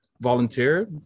volunteer